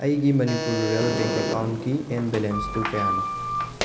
ꯑꯩꯒꯤ Manipur rural bank ꯑꯦꯀꯥꯎꯟꯒꯤ ꯑꯦꯟ ꯕꯦꯂꯦꯟꯁꯇꯨ ꯀꯌꯥꯅꯣ